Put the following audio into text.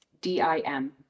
d-i-m